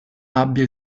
abbia